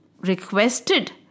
requested